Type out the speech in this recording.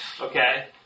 Okay